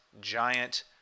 giant